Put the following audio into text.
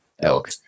elk